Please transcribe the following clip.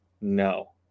No